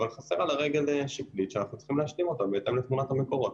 אבל חסרה לה רגל שקלית שאנחנו צריכים להשלים בהתאם לתמונת המקורות.